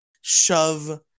shove